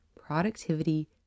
productivity